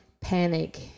panic